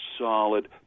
solid